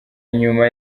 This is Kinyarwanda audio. nyuma